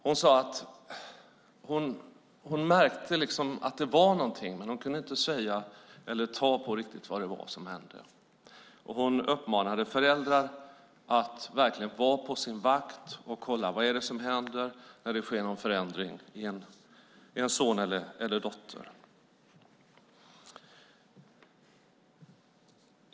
Hon sade att hon märkte att det var någonting, men hon kunde inte riktigt ta på vad det var som hände. Hon uppmanade föräldrar att verkligen vara på sin vakt och kolla vad det är som händer när det sker någon förändring med en son eller dotter.